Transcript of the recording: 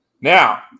Now